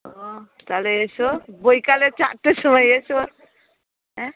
ও তাহলে এসো বিকালে চারটের সময় এসো হ্যাঁ